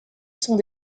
sont